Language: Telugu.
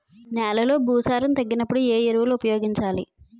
నెలలో భూసారాన్ని తగ్గినప్పుడు, ఏ ఎరువులు ఉపయోగించాలి?